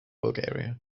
bulgaria